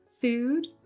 food